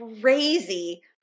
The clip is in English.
crazy